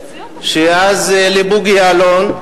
לבוּגי יעלון,